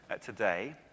today